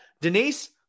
Denise